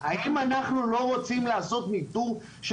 האם אנחנו לא רוצים לעשות ניתור של